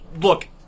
look